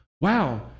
wow